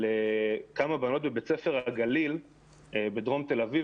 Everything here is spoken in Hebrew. על כמה בנות בבית ספר הגליל בדרום תל אביב